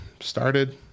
started